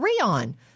Rion